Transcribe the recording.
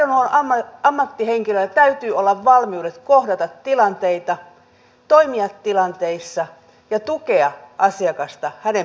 terveydenhuollon ammattihenkilöllä täytyy olla valmiudet kohdata tilanteita toimia tilanteissa ja tukea asiakasta hänen päätöksenteossaan